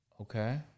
Okay